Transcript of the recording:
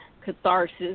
catharsis